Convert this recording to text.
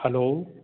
હાલો